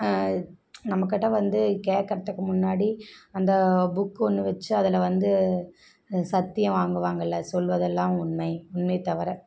நம்மகிட்ட வந்து கேட்குறதுக்கு முன்னாடி அந்த புக்கு ஒன்று வச்சு அதில் வந்து சத்தியம் வாங்குவாங்கள்ல சொல்லுவதெல்லாம் உண்மை உண்மையை தவிர